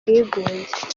bwigunge